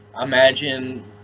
imagine